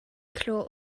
klo